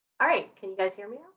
alright can you guys hear me ah